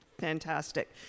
fantastic